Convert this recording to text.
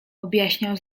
objaśniał